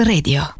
Radio